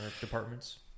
departments